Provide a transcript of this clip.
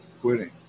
quitting